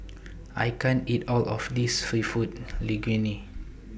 I can't eat All of This Seafood Linguine